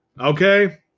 Okay